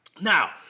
Now